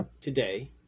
today